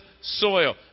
soil